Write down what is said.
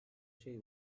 şey